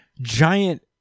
Giant